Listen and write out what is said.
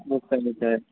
নিশ্চয় নিশ্চয়